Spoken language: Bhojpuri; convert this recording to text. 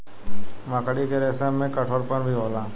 मकड़ी के रेसम में कठोरपन भी होला